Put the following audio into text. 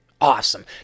awesome